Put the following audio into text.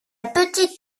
petite